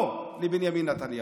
לא לבנימין נתניהו.